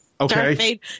Okay